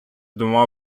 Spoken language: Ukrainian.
двома